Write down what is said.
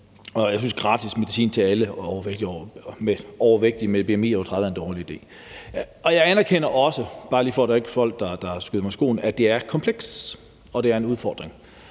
Jeg synes, at gratis medicin til alle overvægtige med et bmi på over 30 er en dårlig idé. Jeg anerkender også – bare lige for, at der ikke er folk, der skyder mig andet i skoene – at det er komplekst, og at det er en udfordring